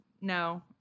no